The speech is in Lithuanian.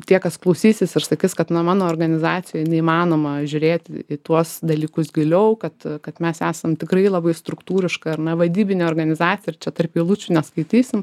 tie kas klausysis ir sakys kad na mano organizacijoj neįmanoma žiūrėti į tuos dalykus giliau kad kad mes esam tikrai labai struktūriška ar ne vaidybinė organizacija ir čia tarp eilučių neskaitysim